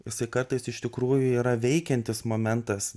jisai kartais iš tikrųjų yra veikiantis momentas